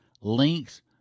links